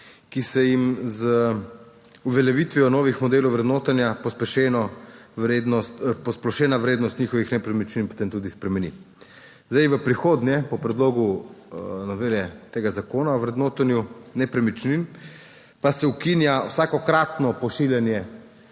ki se jim z uveljavitvijo novih modelov vrednotenja posplošena vrednost njihovih nepremičnin potem tudi spremeni. V prihodnje po predlogu novele tega Zakona o vrednotenju nepremičnin pa se ukinja vsakokratno pošiljanje